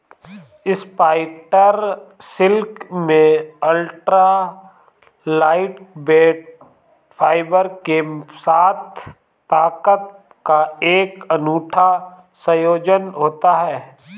spider silk में ultra lightweight fibre के साथ ताकत का एक अनूठा संयोजन होता है